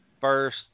first